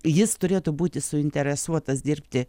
jis turėtų būti suinteresuotas dirbti